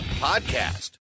podcast